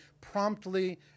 promptly